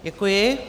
Děkuji.